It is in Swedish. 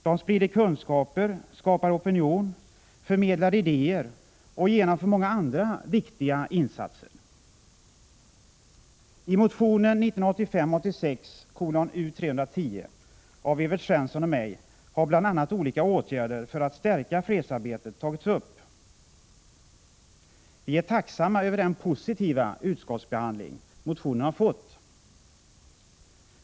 De sprider kunskaper, skapar opinion, förmedlar idéer och genomför många andra viktiga insatser. I motionen 1985/86:U310 av Evert Svensson och mig har bl.a. olika åtgärder för att stärka fredsarbetet tagits upp. Vi är tacksamma för den positiva utskottsbehandling motionen fått.